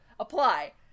Apply